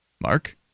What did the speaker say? Mark